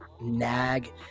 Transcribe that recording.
nag